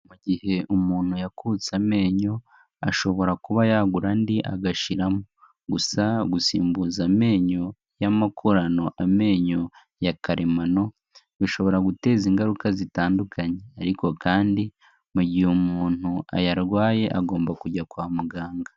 Mu gihe umuntu yakutse amenyo, ashobora kuba yagura andi agashyiramo. Gusa gusimbuza amenyo y'amakorano amenyo ya karemano, bishobora guteza ingaruka zitandukanye. Ariko kandi mu gihe umuntu ayarwaye agomba kujya kwa muganga.